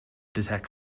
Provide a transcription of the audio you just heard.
detect